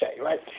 right